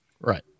right